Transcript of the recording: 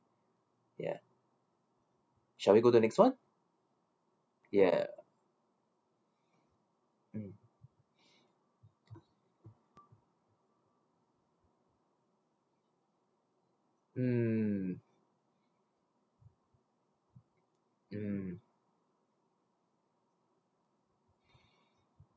ya shall we go to the next one ya mm mm mm